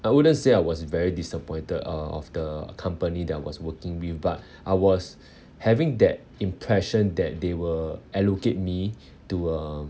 I wouldn't say I was very disappointed uh of the company that was working with but I was having that impression that they will allocate me to um